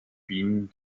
bienen